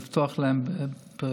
לפתוח אותם בפריפריה.